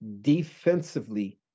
defensively